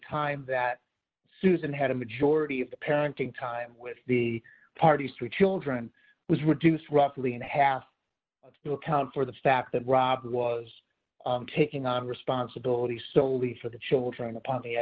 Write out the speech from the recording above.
time that susan had a majority of the parenting time with the parties three children was reduced roughly in half to account for the fact that rob was taking on responsibility solely for the children upon